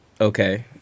okay